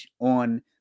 on